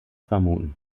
vermuten